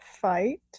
fight